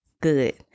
good